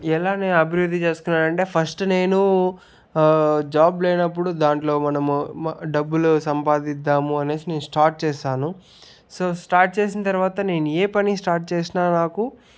ఎలా నే అభివృద్ధి చేస్తున్నానంటే ఫస్ట్ నేను జాబ్ లేనప్పుడు దాంట్లో మనము మో డబ్బులు సంపాదిద్దాము అనేసి నేను స్టార్ట్ చేశాను సో స్టార్ట్ చేసిన తర్వాత నేను ఏ పని స్టార్ట్ చేసినా నాకు